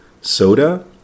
Soda